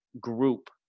group